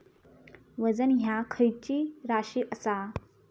वजन ह्या खैची राशी असा?